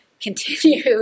continue